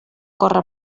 corre